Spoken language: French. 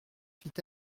fit